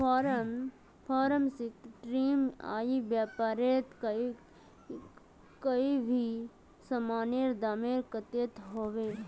Form sixteen ई व्यापारोत कोई भी सामानेर दाम कतेक होबे?